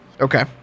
Okay